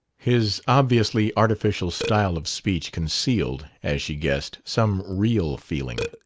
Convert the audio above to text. his obviously artificial style of speech concealed, as she guessed, some real feeling.